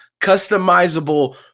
customizable